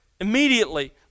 immediately